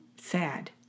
sad